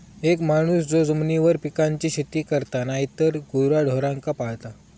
एक माणूस जो जमिनीवर पिकांची शेती करता नायतर गुराढोरांका पाळता